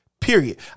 Period